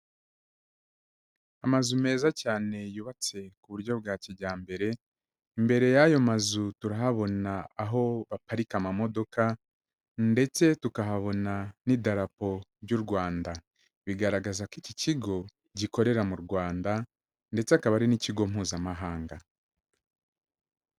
Amazu meza cyane yubatse ku buryo bwa kijyambere, imbere y'ayo mazu turahabona aho baparika imodoka ndetse tukahabona n'idarapo ry'u Rwanda, bigaragaza ko iki kigo gikorera mu Rwanda ndetse akaba ari n'ikigo mpuzamahanga.